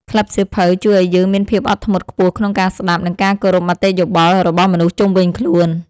ក្លឹបសៀវភៅជួយឱ្យយើងមានភាពអត់ធ្មត់ខ្ពស់ក្នុងការស្ដាប់ និងការគោរពមតិយោបល់របស់មនុស្សជុំវិញខ្លួន។